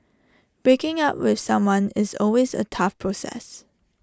breaking up with someone is always A tough process